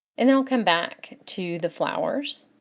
and then i'll come back to the flowers.